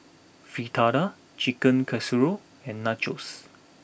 Fritada Chicken Casserole and Nachos